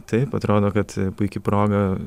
taip atrodo kad puiki proga